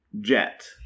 Jet